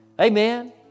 Amen